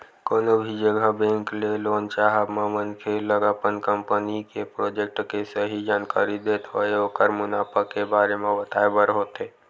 कोनो भी जघा बेंक ले लोन चाहब म मनखे ल अपन कंपनी के प्रोजेक्ट के सही जानकारी देत होय ओखर मुनाफा के बारे म बताय बर होथे